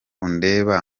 undeba